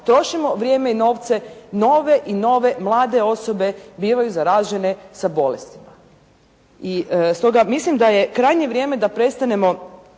trošimo vrijeme i novce, nove i nove mlade osobe bivaju zaražene sa bolestima. Stoga mislim da je krajnje vrijeme da prestanemo